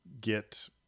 get